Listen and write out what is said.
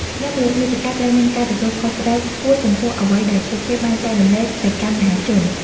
អ្នកផលិតមាតិកាត្រូវមានការទទួលខុសត្រូវខ្ពស់ចំពោះអ្វីដែលពួកគេបានចែករំលែកទៅកាន់មហាជន។